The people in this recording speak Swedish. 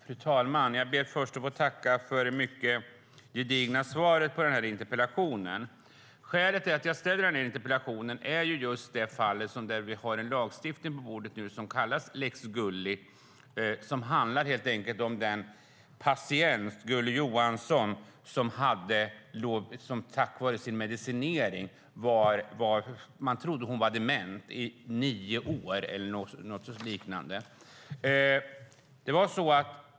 Fru talman! Jag ber först att få tacka för det mycket gedigna svaret på interpellationen. Skälet till att jag ställt interpellationen är just det fall som har gjort att vi har en lagstiftning på bordet som kallas lex Gulli. Det handlar helt enkelt om Gulli Johansson, som man på grund av hennes medicinering under cirka nio år trodde var dement.